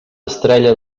estrella